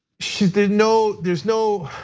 she didn't know there's no,